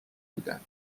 بودند